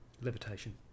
levitation